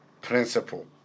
principle